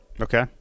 Okay